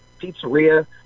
pizzeria